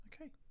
Okay